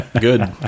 good